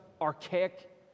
archaic